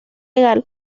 igual